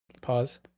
Pause